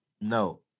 No